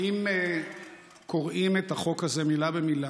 אנחנו לא צריכים הוכחה מעבר